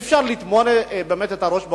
אי-אפשר לטמון את הראש בחול,